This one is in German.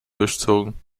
durchzogen